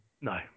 No